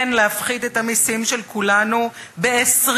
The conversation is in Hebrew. כן, להפחית את המסים של כולנו ב-20%,